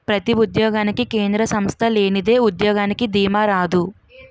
ప్రతి ఉద్యోగానికి కేంద్ర సంస్థ లేనిదే ఉద్యోగానికి దీమా రాదు